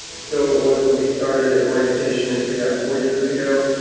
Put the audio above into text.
so it was that we started at orientation in pre-op four years ago.